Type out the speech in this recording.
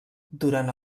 durant